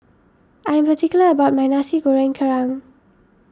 I am particular about my Nasi Goreng Kerang